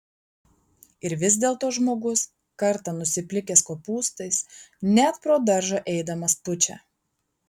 ir vis dėlto žmogus kartą nusiplikęs kopūstais net pro daržą eidamas pučia